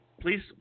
please